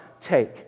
take